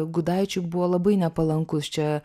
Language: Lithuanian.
gudaičiui buvo labai nepalankus čia